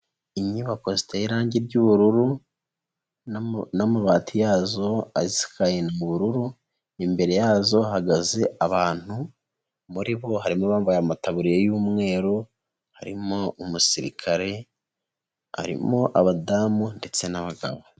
Inyubako ziteye irangi ry'ubururu n'amabati yazo asakaye ni ubururu, imbere yazo hahagaze abantu, muri bo harimo abambaye amataburiya y'umweru, harimo umusirikare, harimo abadamu ndetse n'abagabo.